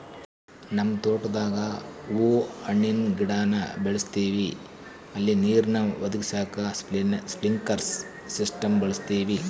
ನಮ್ ತೋಟುದಾಗ ಹೂವು ಹಣ್ಣಿನ್ ಗಿಡಾನ ಬೆಳುಸ್ತದಿವಿ ಅಲ್ಲಿ ನೀರ್ನ ಒದಗಿಸಾಕ ಸ್ಪ್ರಿನ್ಕ್ಲೆರ್ ಸಿಸ್ಟಮ್ನ ಬಳುಸ್ತೀವಿ